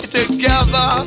together